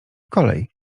kolej